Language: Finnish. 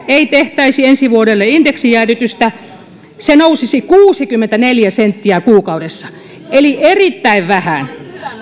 ei tehtäisi ensi vuodelle indeksijäädytystä se nousisi kuusikymmentäneljä senttiä kuukaudessa eli erittäin vähän